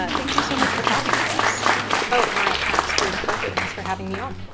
ah thank you so much for talking with us oh, my absolute pleasure thanks for having me on